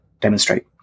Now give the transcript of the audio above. demonstrate